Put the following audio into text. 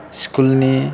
स्कुलनि